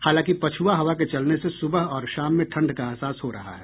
हालांकि पछुआ हवा के चलने से सुबह और शाम में ठंड का अहसास हो रहा है